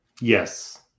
Yes